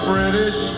British